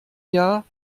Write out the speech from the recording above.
jahr